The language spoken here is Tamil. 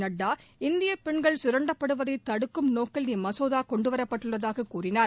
நட்டா இந்தியப் பெண்கள் கரண்டப்படுவதை தடுக்கும் நோக்கில் இம்மசோதா கொண்டுவரப்பட்டுள்ளதாகக் கூறினார்